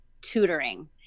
tutoring